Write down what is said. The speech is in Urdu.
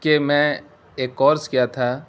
کہ میں ایک کورس کیا تھا